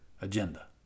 agenda